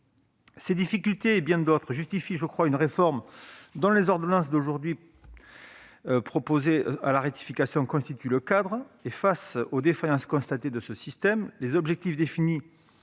Ces difficultés, et bien d'autres, justifient une réforme dont les ordonnances aujourd'hui proposées à la ratification constituent le cadre. Face aux défaillances constatées du système, les objectifs définis